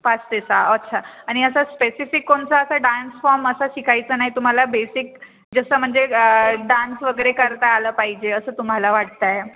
पाच ते सहा अच्छा आणि असं स्पेसिफिक कोणचा असा डान्स फॉम असा शिकायचा नाही तुम्हाला बेसिक जसं म्हणजे ग डान्स वगैरे करता आलं पाहिजे असं तुम्हाला वाटतं आहे